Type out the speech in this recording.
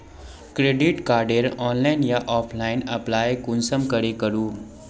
Credit कार्डेर online या offline apply कुंसम करे करूम?